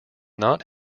not